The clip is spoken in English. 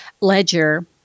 ledger